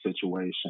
situation